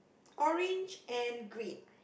orange and green